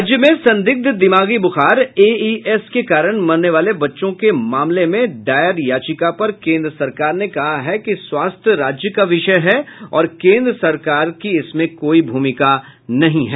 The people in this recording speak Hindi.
राज्य में संदिग्ध दिमागी बुखार एईएस के कारण मरने वाले बच्चों के मामले में दायर की गयी याचिका पर केन्द्र सरकार ने कहा है कि स्वास्थ्य राज्य का विषय है और केन्द्र सरकार को इसमें कोई भूमिका नहीं है